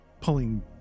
pulling